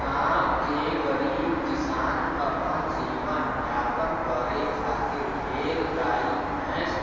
गांव के गरीब किसान अपन जीवन यापन करे खातिर ढेर गाई भैस